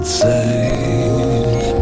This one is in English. safe